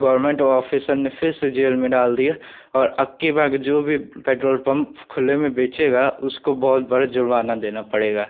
government officer ने फ़िर से जेल में डाल दिया और अब की बार जो भी पेट्रोल पम्प खुले में बेचेंगा उसको बहुत बड़ा जुर्माना देना पड़ेगा